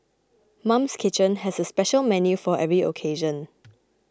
Mum's Kitchen has a special menu for every occasion